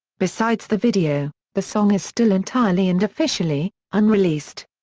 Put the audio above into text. besides the video, the song is still entirely and officially, unreleased.